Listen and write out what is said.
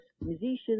musicians